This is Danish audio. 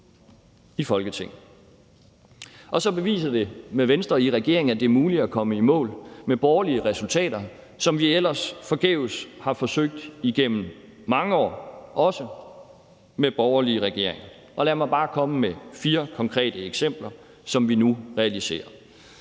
i Folketinget. Og så beviser det med Venstre i regering, at det er muligt at komme i mål med borgerlige resultater, som vi ellers forgæves har forsøgt igennem mange år, også med borgerlig regering. Lad mig bare komme med fire konkrete eksempler, som vi nu realiserer.